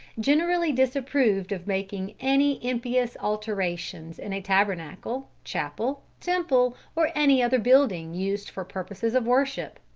generally disapproved of making any impious alterations in a tabernacle, chapel, temple, or any other building used for purposes of worship.